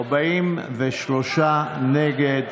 43 נגד.